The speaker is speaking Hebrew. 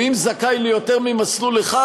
ואם הוא זכאי ליותר ממסלול אחד,